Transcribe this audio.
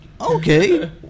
okay